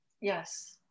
Yes